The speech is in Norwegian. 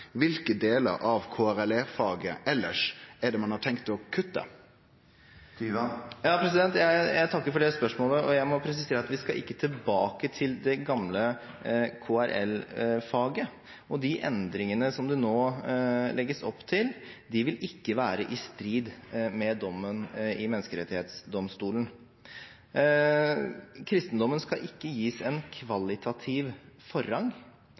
for delar av KRLE-faget elles er det ein har tenkt å kutte? Jeg takker for det spørsmålet, og jeg må presisere at vi ikke skal tilbake til det gamle KRL-faget. De endringene som det nå legges opp til, vil ikke være i strid med dommen i menneskerettighetsdomstolen. Kristendommen skal ikke gis en kvalitativ forrang,